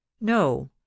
No